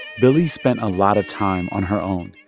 billie spent a lot of time on her own.